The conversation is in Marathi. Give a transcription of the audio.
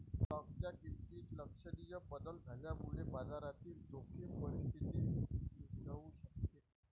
स्टॉकच्या किमतीत लक्षणीय बदल झाल्यामुळे बाजारातील जोखीम परिस्थिती उद्भवू शकते